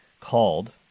called